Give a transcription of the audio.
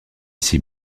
six